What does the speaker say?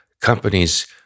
Companies